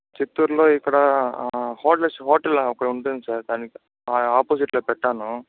చిత్తూరులో ఇక్కడ hotel sir hotel అక్కడ ఉంటుంది సార్ దానికి అపోజిట్లో పెట్టాను